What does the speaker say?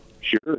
Sure